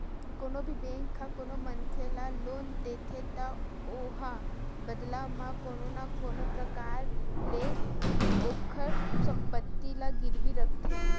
कोनो भी बेंक ह कोनो मनखे ल लोन देथे त ओहा बदला म कोनो न कोनो परकार ले ओखर संपत्ति ला गिरवी रखथे